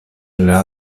della